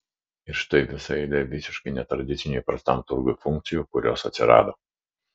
ir štai visa eilė visiškai netradicinių įprastam turgui funkcijų kurios atsirado